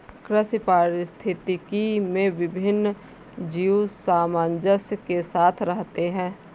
कृषि पारिस्थितिकी में विभिन्न जीव सामंजस्य के साथ रहते हैं